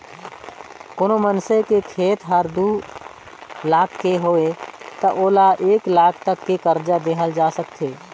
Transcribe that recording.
कोनो मइनसे के खेत खार हर दू लाख के हवे त ओला एक लाख तक के करजा देहल जा सकथे